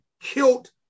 killed